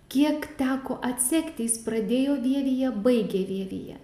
kiek teko atsekti jis pradėjo vievyje baigė vievyje